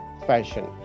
fashion